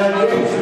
מעניין.